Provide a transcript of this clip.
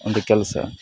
ಒಂದು ಕೆಲಸ